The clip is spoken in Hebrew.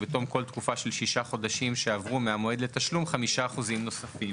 ובתום כל תקופה של שישה חודשים שעברו מהמועד לתשלום 5% נוספים.